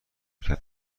کرد